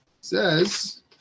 says